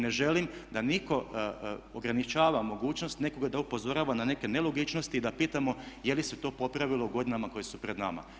Ne želim da nitko ograničava mogućnost nekoga da upozorava na neke nelogičnosti i da pitamo je li se to popravilo u godinama koje su pred nama.